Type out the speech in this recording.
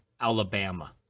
Alabama